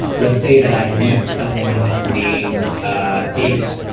let's say that i meet someone named ah david.